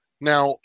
Now